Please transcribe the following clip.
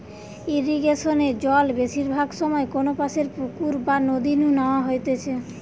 ইরিগেশনে জল বেশিরভাগ সময় কোনপাশের পুকুর বা নদী নু ন্যাওয়া হইতেছে